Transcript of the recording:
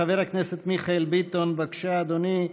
חבר הכנסת מיכאל ביטון, בבקשה, אדוני.